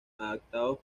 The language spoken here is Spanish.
adaptados